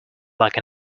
like